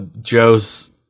joe's